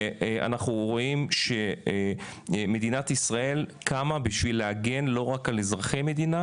אנחנו רואים שמדינת ישראל קמה כדי להגן לא רק על אזרחי המדינה,